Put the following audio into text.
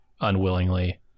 unwillingly